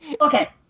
Okay